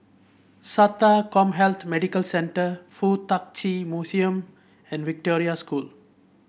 SATA CommHealth Medical Centre FuK Tak Chi Museum and Victoria School